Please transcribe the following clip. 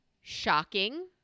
shocking